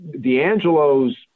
D'Angelo's